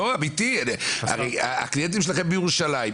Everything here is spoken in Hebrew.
אמיתי, הרי הקליינטים שלכם בירושלים.